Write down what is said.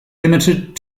limited